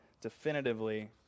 definitively